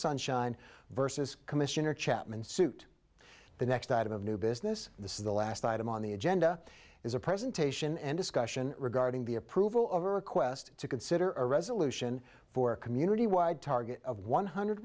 sunshine versus commissioner chapman suit the next item of new business this is the last item on the agenda is a presentation and discussion regarding the approval of a request to consider a resolution for a community wide target of one hundred